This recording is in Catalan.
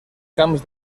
camps